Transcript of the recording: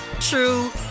true